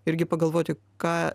irgi pagalvoti ką